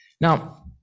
Now